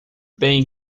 bem